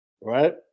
Right